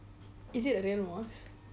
is it a real mosque